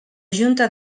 junta